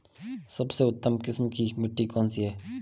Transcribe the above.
सबसे उत्तम किस्म की मिट्टी कौन सी है?